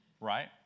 right